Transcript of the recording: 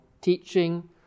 teaching